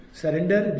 Surrender